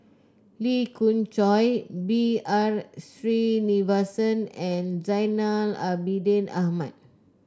Lee Khoon Choy B R Sreenivasan and Zainal Abidin Ahmad